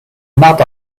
not